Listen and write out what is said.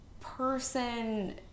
person